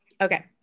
okay